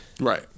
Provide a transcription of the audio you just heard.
Right